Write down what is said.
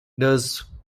thus